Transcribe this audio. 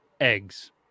Eggs